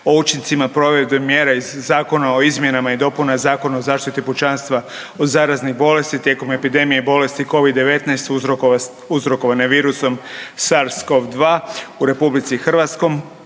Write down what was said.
o učincima provedbe mjera iz Zakona o izmjenama i dopunama Zakona o zaštiti pučanstva od zaraznih bolesti tijekom epidemije bolesti Covid-19 uzrokovane virusom SARS-COV-2 u RH koristim